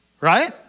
right